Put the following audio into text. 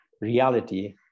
reality